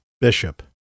Bishop